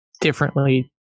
differently